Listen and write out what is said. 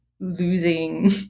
losing